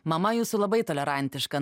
mama jūsų labai tolerantiška